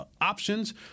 options